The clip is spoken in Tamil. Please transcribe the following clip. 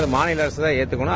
அதை மாநில அரசுதான் எற்றுக்கணம்